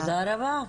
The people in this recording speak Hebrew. תודה רבה.